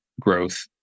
growth